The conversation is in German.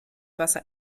wasser